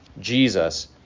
Jesus